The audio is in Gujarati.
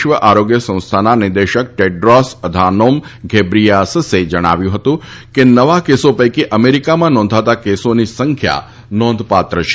વિશ્વ આરોગ્ય સંસ્થાના નિદેશક ટેડ્રોસ અધાનોમ ઘેબ્રીયીસસે જણાવ્યું હતું કે નવા કેસો પૈકી અમેરિકામાં નોંધાતા કેસોની સંખ્યા નોંધપાત્ર છે